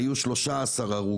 היו 13 הרוגים.